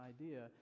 idea